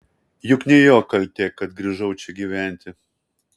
juk ne jo kaltė kad grįžau čia gyventi